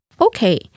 Okay